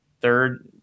third